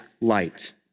light